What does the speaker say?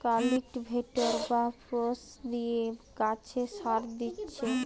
cultivator বা spray দিয়ে গাছে সার দিচ্ছি